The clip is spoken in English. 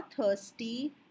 thirsty